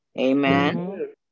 Amen